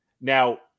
Now